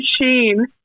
machine